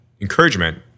encouragement